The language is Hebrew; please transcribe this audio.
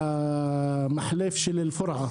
במחלף של אל-פורעה.